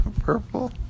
purple